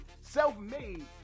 self-made